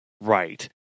Right